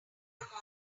morning